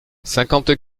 cinquante